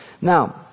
Now